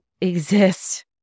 exist